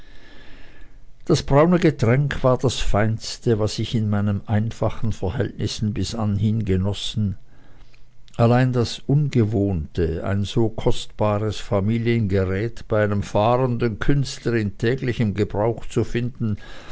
das braune getränke war das feinste was ich in meinen einfachen verhältnissen bis anhin genossen allein das ungewohnte ein so kostbares familiengeräte bei einem fahrenden künstler in täglichem gebrauche zu finden